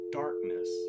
darkness